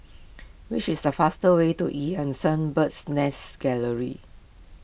what is the faster way to Eu Yan Sang Bird's Nest Gallery